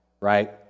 right